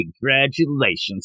congratulations